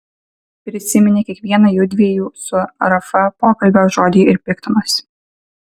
prisiminė kiekvieną jųdviejų su rafa pokalbio žodį ir piktinosi